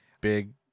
big